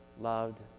loved